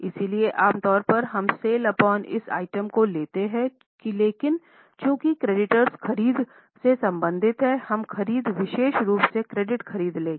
इसलिए आम तौर पर हम सेल्स अपॉन उस आइटम को लेते हैं लेकिन चूंकि क्रेडिटर्स खरीद से संबंधित हैंहम खरीद विशेष रूप से क्रेडिट खरीद लेंगे